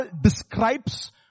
describes